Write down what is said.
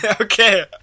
Okay